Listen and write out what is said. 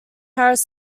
harris